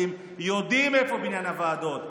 של הליכוד יודעים איפה בניין הוועדות,